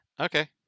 Okay